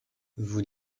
vous